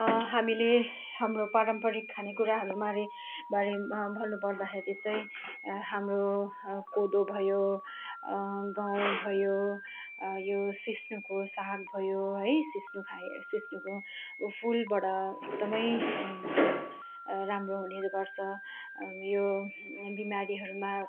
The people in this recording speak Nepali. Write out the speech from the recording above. हामीले हाम्रो पारम्परिक खानेकुराहरूमा अरे भयो भन्नुपर्दाखेरि चाहिँ हाम्रो कोदो भयो गहुँ भयो यो सिस्नो भयो साग भयो है सिस्नो खा सिस्नोको फुलबाट एकदमै राम्रो हुने गर्छ यो बिमारीहरूमा